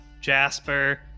Jasper